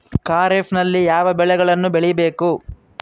ಖಾರೇಫ್ ನಲ್ಲಿ ಯಾವ ಬೆಳೆಗಳನ್ನು ಬೆಳಿಬೇಕು?